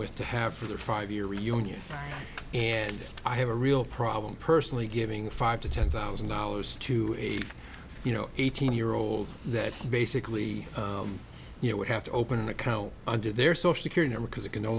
with to have for their five year reunion and i have a real problem personally giving five to ten thousand dollars to a you know eighteen year old that basically you know would have to open an account under their social security number because it can no